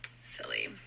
Silly